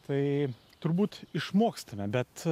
tai turbūt išmokstame bet